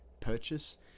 purchase